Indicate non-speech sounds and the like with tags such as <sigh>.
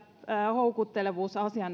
houkuttelevuusasia <unintelligible>